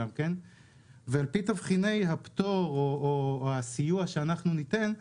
ועל פי תבחיני הפטור או הסיוע שניתן,